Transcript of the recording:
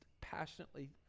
passionately